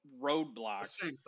roadblocks